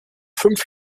fünf